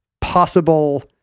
possible